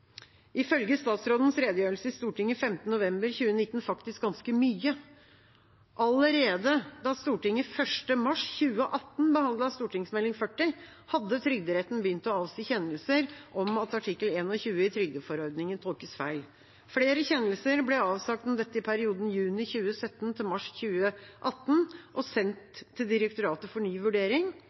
Ifølge statsrådens redegjørelse i Stortinget 5. november 2019 visste man faktisk ganske mye. Allerede da Stortinget 1. mars 2018 behandlet Meld. St. 40 for 2016–2017, hadde Trygderetten begynt å avsi kjennelser om at artikkel 21 i trygdeforordningen tolkes feil. Flere kjennelser ble avsagt om dette i perioden juni 2017 til mars 2018 og sendt til direktoratet for ny vurdering,